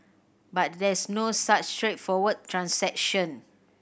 but there's no such straightforward transaction